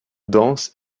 danse